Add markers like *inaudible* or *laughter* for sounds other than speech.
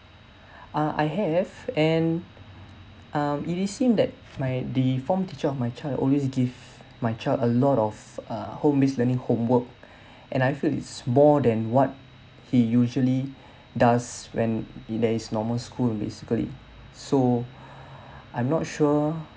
*breath* uh I have and um it is seen that my the form teacher of my child always give my child a lot of uh home based learning homework *breath* and I feel it's more than what he usually *breath* does when in there is normal school basically so *breath* I'm not sure